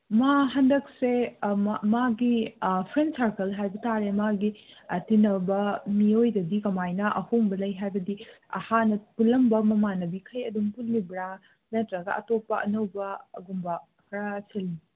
ꯃꯥ ꯍꯟꯗꯛꯁꯦ ꯃꯥꯒꯤ ꯃꯥꯒꯤ ꯐ꯭ꯔꯦꯟ ꯁꯥꯔꯀꯜ ꯍꯥꯏꯕꯇꯥꯔꯦ ꯃꯥꯒꯤ ꯇꯤꯟꯅꯕ ꯃꯤꯑꯣꯏꯗꯒꯤ ꯀꯃꯥꯏꯅ ꯑꯍꯣꯡꯕ ꯂꯩ ꯍꯥꯏꯕꯗꯤ ꯍꯥꯟꯅ ꯄꯨꯜꯂꯝꯕ ꯃꯃꯥꯟꯅꯕꯤꯈꯩ ꯑꯗꯨꯝ ꯄꯨꯜꯂꯤꯕ꯭ꯔꯥ ꯅꯠꯇ꯭ꯔꯒ ꯑꯇꯣꯞꯄ ꯑꯅꯧꯕꯒꯨꯝꯕ ꯈꯔ ꯁꯤꯟ